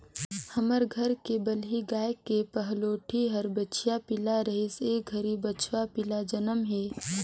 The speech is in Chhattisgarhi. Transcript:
हमर घर के बलही गाय के पहलोठि हर बछिया पिला रहिस ए घरी बछवा पिला जनम हे